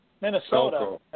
Minnesota